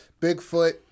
Bigfoot